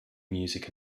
music